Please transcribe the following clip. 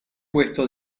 puesto